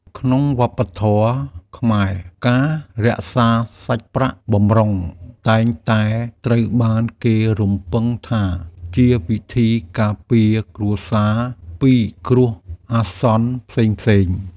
ក្នុងវប្បធម៌ខ្មែរ ការរក្សាសាច់ប្រាក់បម្រុងតែងតែត្រូវបានគេរំពឹងថាជាវិធីការពារគ្រួសារពីគ្រោះអាសន្នផ្សេងៗ។